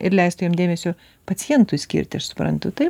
ir leistų jam dėmesio pacientui skirti aš suprantu taip